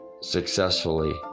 successfully